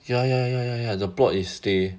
ya ya ya ya ya the plot is stay